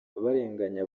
barenganya